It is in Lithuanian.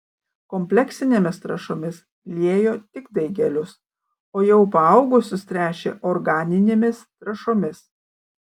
kompleksinėmis trąšomis liejo tik daigelius o jau paaugusius tręšė organinėmis trąšomis